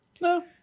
No